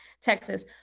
Texas